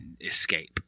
Escape